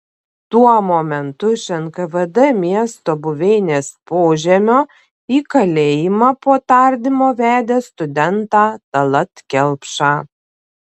tuo momentu iš nkvd miesto buveinės požemio į kalėjimą po tardymo vedė studentą tallat kelpšą